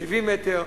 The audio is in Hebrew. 70 מטר,